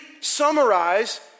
summarize